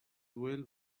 well